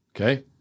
okay